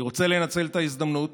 אני רוצה לנצל ההזדמנות